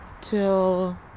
Till